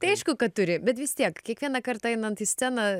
tai aišku kad turi bet vis tiek kiekvieną kartą einant į sceną